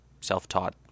self-taught